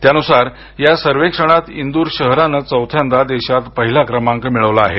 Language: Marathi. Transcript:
त्यानुसार या सर्वेक्षणात इंदूर शहरानं चवथ्यांदा देशात पहिला क्रमांक मिळवला आहे